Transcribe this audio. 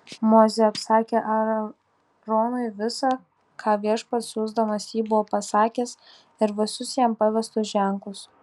mozė apsakė aaronui visa ką viešpats siųsdamas jį buvo pasakęs ir visus jam pavestus ženklus